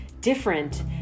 different